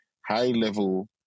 high-level